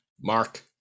Mark